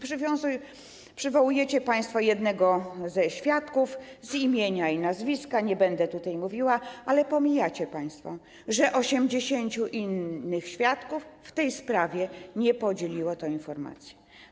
Przywołujecie państwo jednego ze świadków z imienia i nazwiska, nie będę tutaj mówiła, ale pomijacie państwo, że 80 innych świadków w tej sprawie nie podzieliło tej informacji.